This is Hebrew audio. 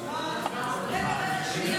חוק הבוררות המסחרית הבין-לאומית,